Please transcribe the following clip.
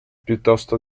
piuttosto